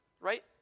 right